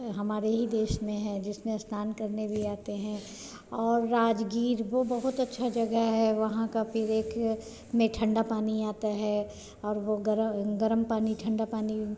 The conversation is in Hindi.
हमारे ही देश में है जिसमें स्नान करने भी आते हैं और राजगीर वह बहुत अच्छी जगह हैं वहाँ का फिर एक में ठंडा पानी आता हैं और वह गर्म पानी ठंडा पानी